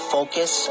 Focus